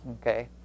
okay